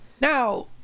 Now